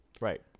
Right